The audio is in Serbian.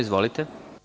Izvolite.